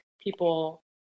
people